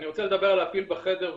אני רוצה לדבר על הפיל בחדר,